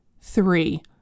three